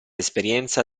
esperienza